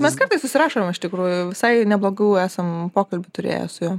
mes kartais susirašom iš tikrųjų visai neblogų esam pokalbių turėję su juo